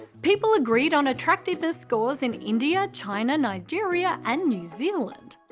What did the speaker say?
people agreed on attractiveness scores in india, china, nigeria and new zealand.